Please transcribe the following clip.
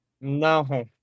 no